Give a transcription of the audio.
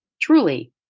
truly